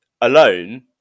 alone